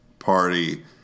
Party